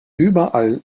überall